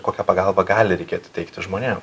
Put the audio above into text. kokią pagalbą gali reikėti teikti žmonėm